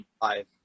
five